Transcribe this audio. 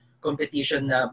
competition